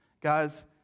Guys